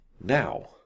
now